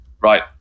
right